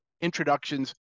introductions